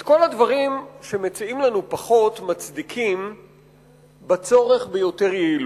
את כל הדברים שמציעים לנו פחות מצדיקים בצורך ביותר יעילות.